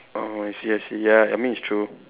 oh I see I see ya I mean it's true